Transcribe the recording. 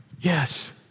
Yes